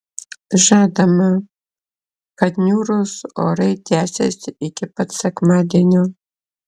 žadama kad niūrūs orai tęsis iki pat sekmadienio